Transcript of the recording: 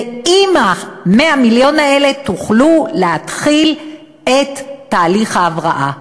ועם 100 המיליון האלה תוכלו להתחיל את תהליך ההבראה.